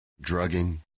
drugging